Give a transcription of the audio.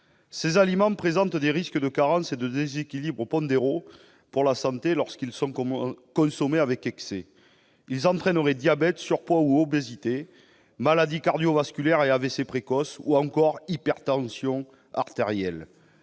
Ces aliments présentent des risques de carence et de déséquilibres pondéraux pour la santé lorsqu'ils sont consommés avec excès. Ils entraîneraient diabète, surpoids ou obésité, maladies cardiovasculaires et AVC précoces, ou encore hypertension artérielle.